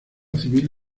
civil